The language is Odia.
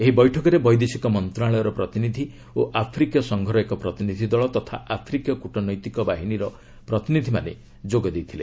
ଏହି ବୈଠକରେ ବୈଦେଶିକ ମନ୍ତ୍ରଶାଳୟର ପ୍ରତିନିଧି ଓ ଆଫ୍ରିକୀୟ ସଂଘର ଏକ ପ୍ରତିନିଧି ଦଳ ତଥା ଆଫ୍ରିକୀୟ କୂଟନୈତିକ ବାହିନୀର ପ୍ରତିନିଧିମାନେ ଯୋଗ ଦେଇଥିଲେ